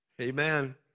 Amen